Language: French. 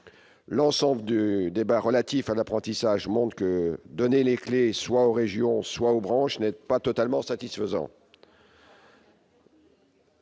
L'ensemble du débat sur l'apprentissage montre que donner les clefs soit aux régions, soit aux branches n'est pas totalement satisfaisant.